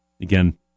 again